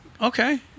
okay